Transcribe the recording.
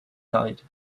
died